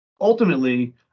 Ultimately